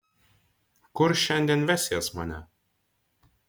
kur šiandien vesies mane